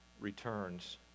returns